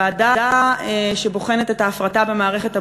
ועדה שבוחנת את ההפרטה במערכת הבריאות,